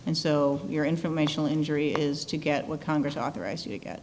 and so your informational injury is to get what congress authorized you get